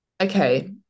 Okay